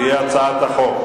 התש"ע 2010,